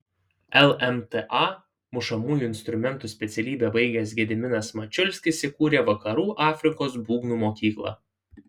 lmta mušamųjų instrumentų specialybę baigęs gediminas mačiulskis įkūrė vakarų afrikos būgnų mokyklą